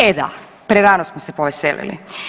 E da, prerano smo se poveselili.